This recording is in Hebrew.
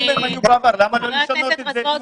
אם הם היו בעבר, למה לא לשנות את זה אתמול?